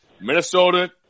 Minnesota